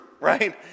right